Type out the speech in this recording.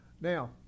Now